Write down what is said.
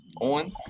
on